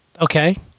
Okay